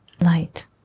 light